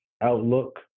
outlook